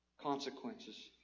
Consequences